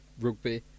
rugby